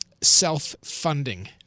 self-funding